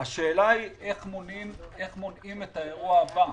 השאלה היא איך מונעים את האירוע הבא,